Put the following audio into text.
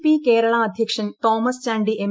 P Kerala അധ്യക്ഷൻ Thomas Chandy M